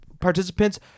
participants